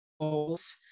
goals